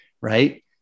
right